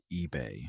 eBay